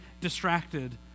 distracted